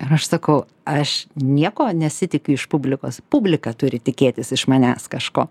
ir aš sakau aš nieko nesitikiu iš publikos publika turi tikėtis iš manęs kažko